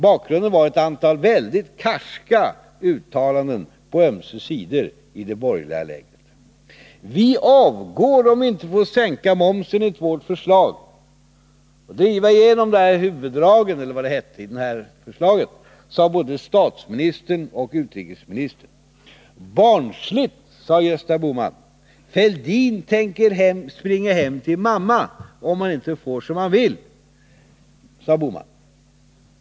Bakgrunden var ett antal väldigt karska uttalanden på ömse sidor i det borgerliga lägret. Vi avgår om vi inte får sänka momsen enligt vårt förslag, sade både statsministern och utrikesministern. Barnsligt, sade Gösta Bohman. Fälldin tänker springa hem till mamma om han inte får som han vill, sade Bohman vidare.